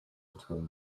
between